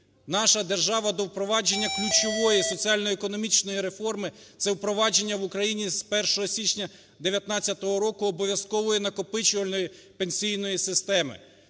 наша держава до впровадження ключової, соціально-економічної реформи це впровадження в Україні з 1 січня 2019 року обов'язкової накопичувальної пенсійної системи.